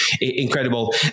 Incredible